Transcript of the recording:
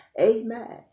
amen